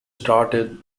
started